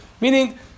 meaning